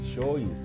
choice